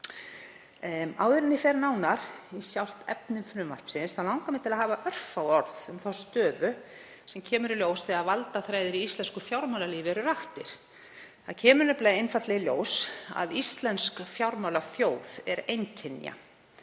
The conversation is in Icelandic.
Áður en ég fer nánar í sjálft efni frumvarpsins langar mig til að hafa örfá orð um þá stöðu sem kemur í ljós þegar valdaþræðir í íslensku fjármálalífi eru raktir. Þá kemur nefnilega í ljós að íslensk fjármálaþjóð er einkynja.